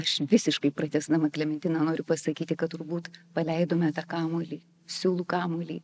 aš visiškai pratęsdama klementiną noriu pasakyti kad turbūt paleidome tą kamuolį siūlų kamuolį